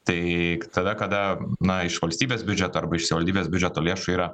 tai k tada kada na iš valstybės biudžeto arba iš savivaldybės biudžeto lėšų yra